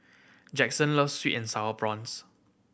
Jaxson loves sweet and Sour Prawns